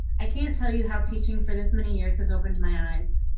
i can't tell you how teaching for this many years has opened my eyes.